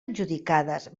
adjudicades